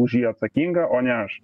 už jį atsakinga o ne aš